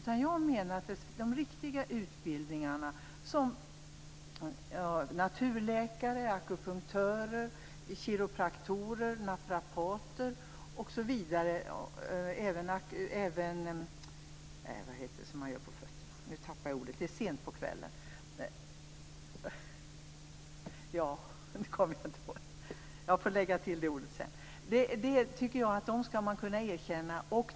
Jag menar i stället att de riktiga utbildningarna - jag avser då naturläkare, akupunktörer, kiropraktorer, naprapater och dem som sysslar med zonterapi - skall kunna erkännas.